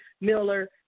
Miller